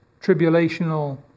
tribulational